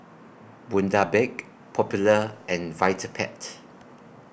Bundaberg Popular and Vitapet